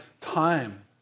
time